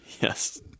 Yes